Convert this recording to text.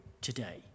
today